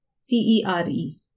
C-E-R-E